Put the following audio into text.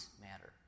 matter